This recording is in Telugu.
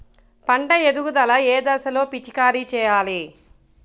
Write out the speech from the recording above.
పంట ఎదుగుదల ఏ దశలో పిచికారీ చేయాలి?